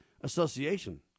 association